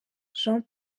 jean